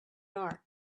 dark